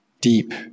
deep